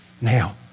Now